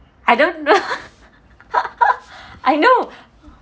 I don't know I know